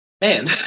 man